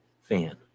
fan